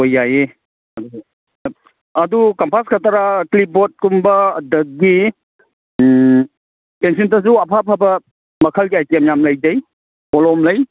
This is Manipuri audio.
ꯍꯣꯏ ꯌꯥꯏꯌꯦ ꯑꯗꯨ ꯀꯝꯄꯥꯁ ꯈꯛꯇꯔꯥ ꯀ꯭ꯂꯤꯞ ꯕꯣꯔꯗ ꯀꯨꯝꯕ ꯑꯗꯒꯤ ꯄꯦꯟꯁꯤꯜꯗꯁꯨ ꯑꯐ ꯑꯐꯕ ꯃꯈꯜꯒꯤ ꯑꯥꯏꯇꯦꯝ ꯌꯥꯝ ꯂꯩꯖꯩ ꯀꯣꯂꯣꯝ ꯂꯩ